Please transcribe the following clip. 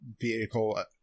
vehicle